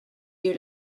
due